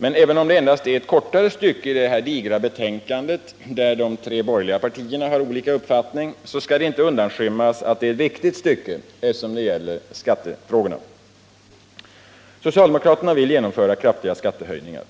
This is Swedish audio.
Men även om det endast är ett kortare stycke i detta digra betänkande där de tre borgerliga partierna har olika uppfattning, så skal! det inte undanskymmas att det är ett viktigt stycke, eftersom det gäller skattefrågorna. Socialdemokraterna vill genomföra kraftiga skattehöjningar.